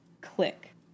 click